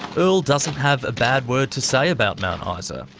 earl doesn't have a bad word to say about mount ah isa.